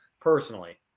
personally